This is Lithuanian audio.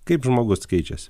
kaip žmogus keičiasi